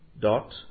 dot